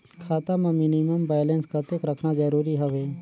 खाता मां minimum balance कतेक रखना जरूरी हवय?